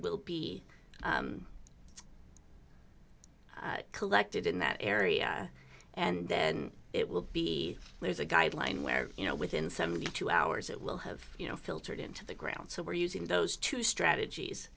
be collected in that area and then it will be there's a guideline where you know within seventy two hours it will have you know filtered into the ground so we're using those two strategies